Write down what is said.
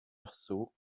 arceaux